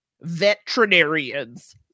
veterinarians